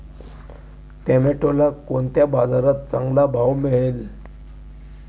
टोमॅटोला कोणत्या बाजारात चांगला भाव मिळेल?